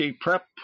prep